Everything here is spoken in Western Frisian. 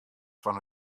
fan